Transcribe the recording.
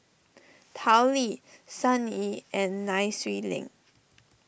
Tao Li Sun Yee and Nai Swee Leng